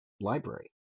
library